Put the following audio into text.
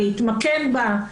להתמקם בה,